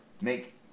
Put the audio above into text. make